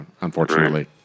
unfortunately